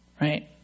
Right